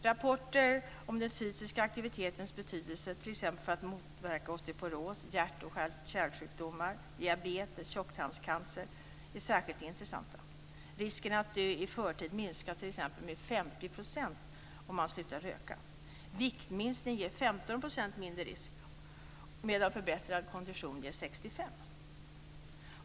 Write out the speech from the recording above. Rapporter om den fysiska aktivitetens betydelse t.ex. för att motverka osteoporos, hjärt och kärlsjukdomar, diabetes och tjocktarmscancer är särskilt intressanta. Risken att dö i förtid minskar t.ex. med 50 % om man slutar röka. Viktminskning ger 65 %.